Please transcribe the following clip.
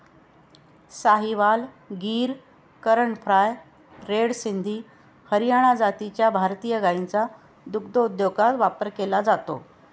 Sahiwal, Gir, Karan Fries, red Sindhi, Haryana जातीच्या भारतीय गायींचा दुग्धोद्योगात वापर केला जातो